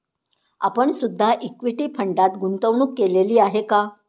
आपण सुद्धा इक्विटी फंडात गुंतवणूक केलेली आहे का?